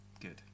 Good